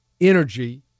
energy